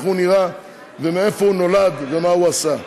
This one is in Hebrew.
איך הוא נראה ואיפה הוא נולד ומה הוא עשה.